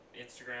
Instagram